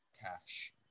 Cash